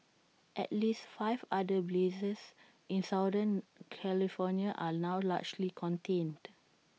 at least five other blazes in southern California are now largely contained